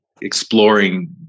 exploring